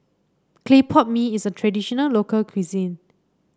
Clay Pot Mee is a traditional local cuisine